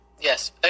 yes